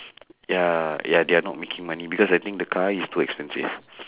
ya ya they're not making money because I think the car is too expensive